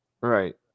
right